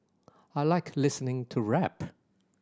I like listening to rap